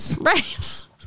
Right